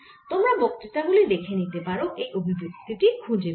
তোমরা বক্তৃতা গুলি দেখে নিতে পারো এই অভিব্যক্তি টি খুঁজে পাবে